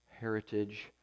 heritage